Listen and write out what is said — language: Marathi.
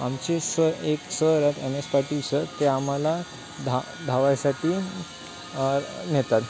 आमचे स एक सर आयेत एम एस पाटिल सर ते आम्हाला धा धावायसाठी नेतात